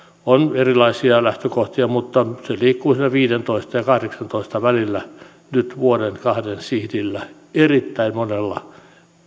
on erilaisia lähtökohtia mutta se liikkuu siinä viidentoistatuhannen ja kahdeksantoistatuhannen välillä nyt vuoden kahden sihdillä erittäin monella